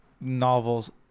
novels